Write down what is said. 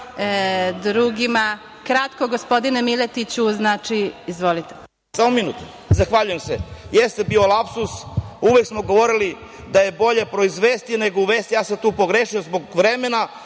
drugima. Kratko, gospodine Miletiću, izvolite. **Milija Miletić** Zahvaljujem se. Jeste bio lapsus. Uvek smo govorili da je bolje proizvesti nego uvesti i ja sam tu pogrešio, zbog vremena,